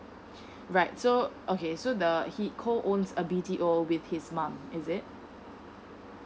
right so okay so the he co owns a B T O with his mum is it